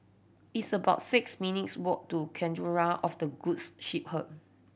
it's about six minutes' walk to Cathedral of the Goods Shepherd